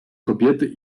kobiety